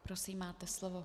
Prosím, máte slovo.